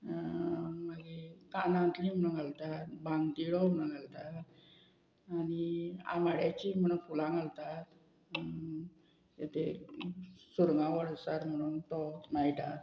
मागीर कानांतली म्हणून घालतात भांगतीळो म्हणून घालतात आनी आमाड्याची म्हणून फुलां घालतात तें सुरगां व्हळेसार म्हणून तो माळटा